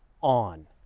on